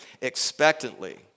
expectantly